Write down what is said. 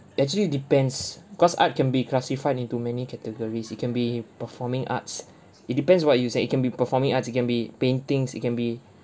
actually depends cause art can be classified into many categories it can be performing arts it depends what you said it can be performing arts it can be paintings it can be